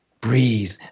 breathe